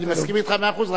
אני מסכים אתך במאה אחוז,